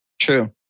True